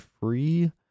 free